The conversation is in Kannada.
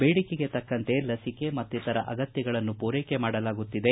ಬೇಡಿಕೆಗೆ ತಕ್ಕಂತೆ ಲಸಿಕೆ ಮತ್ತಿತರ ಅಗತ್ಯಗಳನ್ನು ಪೂರೈಕೆ ಮಾಡಲಾಗುತ್ತಿದೆ